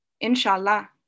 Inshallah